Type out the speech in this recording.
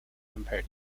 compare